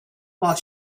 while